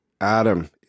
Adam